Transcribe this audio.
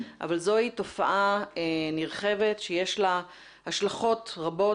אבל זוהי תופעה נרחבת שיש לה השלכות רבות